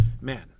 man